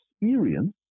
experience